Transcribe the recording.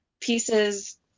pieces